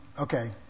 Okay